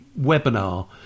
webinar